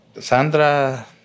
Sandra